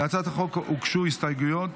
להצעת החוק הוגשו הסתייגויות